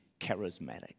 charismatic